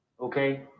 Okay